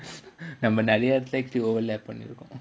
நம்ம நிறையா இடத்துல:namma niraiyaa idathula overlap பண்ணிருக்கோம்:pannirukkom